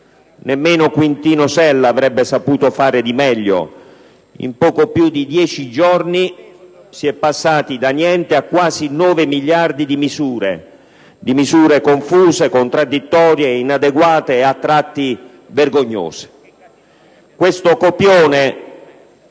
nemmeno Quintino Sella avrebbe saputo fare di meglio: in poco più di dieci giorni si è passati da niente a quasi 9 miliardi di risorse per misure confuse, contraddittorie, inadeguate e a tratti vergognose.